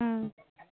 হুম